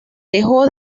dejó